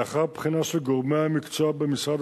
לאחר בחינה של גורמי המקצוע במשרד